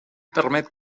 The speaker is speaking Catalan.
permet